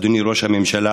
אדוני ראש הממשלה,